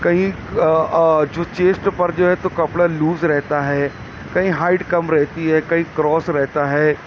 کہیں جو چیسٹ پر جو ہے تو کپڑا لوز رہتا ہے کہیں ہائٹ کم رہتی ہے کہیں کراس رہتا ہے